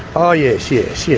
ah yes, yes, yes,